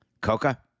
Coca